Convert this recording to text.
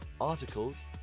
articles